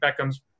Beckham's